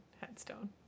headstone